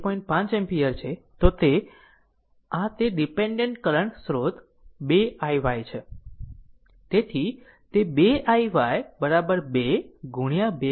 5 ampere છે તો આ તે ડીપેન્ડેન્ટ કરંટ સ્રોત 2 iy છે તેથી તે 2 iy 2 ગુણ્યા 2